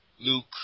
Luke